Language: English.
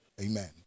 amen